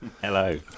Hello